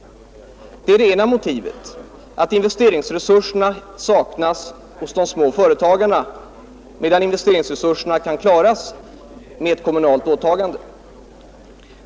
Detta att investeringsresurserna saknas hos de små företagarna men finns i kommuner med kommunaliserad sotning är det ena motivet.